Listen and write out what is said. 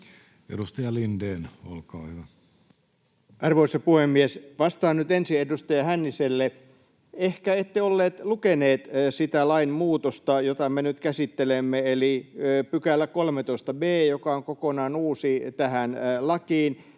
16:21 Content: Arvoisa puhemies! Vastaan nyt ensin edustaja Hänniselle: Ehkä ette ollut lukenut sitä lainmuutosta, jota me nyt käsittelemme, eli 13 b §, joka on kokonaan uusi tähän lakiin.